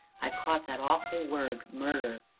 i caught that awful word murder,